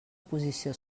posició